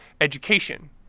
education